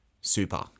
Super